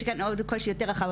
יש כאן עוד קושי יותר רחב,